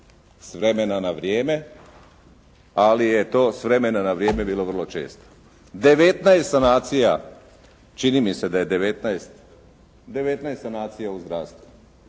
s vremena na vrijeme, ali je to s vremena na vrijeme bilo često. 19 sanacija, čini mi se da je 19, 19 sanacija u zdravstvu.